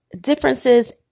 differences